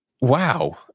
Wow